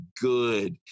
good